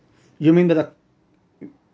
you mean the